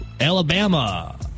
Alabama